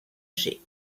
jets